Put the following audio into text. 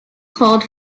called